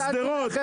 בשדרות,